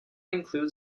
include